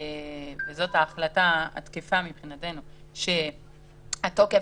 וזאת ההחלטה התקפה מבחינתנו שהתוקף